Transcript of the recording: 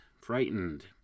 frightened